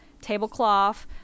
tablecloth